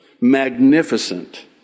magnificent